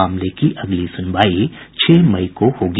मामले की अगली सुनवाई छह मई को होगी